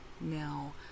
Now